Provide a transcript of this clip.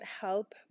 help